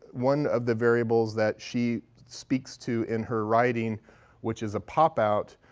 one of the variables that she speaks to in her writing which is a popout,